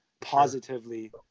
positively